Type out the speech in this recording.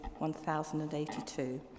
1082